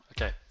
Okay